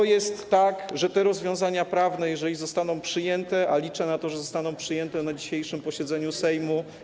To jest tak, że te rozwiązania prawne, jeżeli zostaną przyjęte, a liczę na to, że zostaną przyjęte na dzisiejszym posiedzeniu Sejmu.